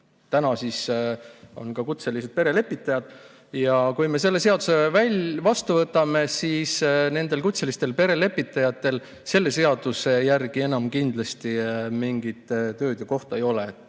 Täna on ka kutselised perelepitajad. Kui me selle seaduse vastu võtame, siis nendel kutselistel perelepitajatel selle seaduse järgi enam kindlasti mingit tööd ja kohta ei ole.